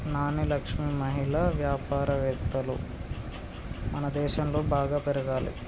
నాని లక్ష్మి మహిళా వ్యాపారవేత్తలు మనదేశంలో బాగా పెరగాలి